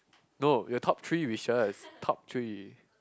no your top three wishes top three